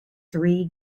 three